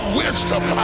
wisdom